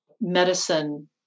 medicine